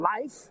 life